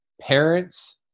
parents